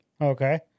Okay